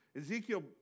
Ezekiel